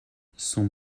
son